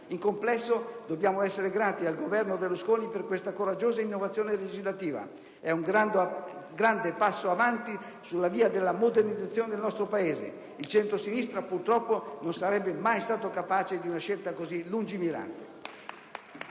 Nel complesso, dobbiamo dunque essere grati al Governo Berlusconi per questa coraggiosa innovazione legislativa. È un grande passo avanti sulla via della modernizzazione del nostro Paese. Il centrosinistra, purtroppo, non sarebbe stato mai capace di una scelta così lungimirante.